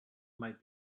might